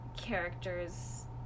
characters